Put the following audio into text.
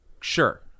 sure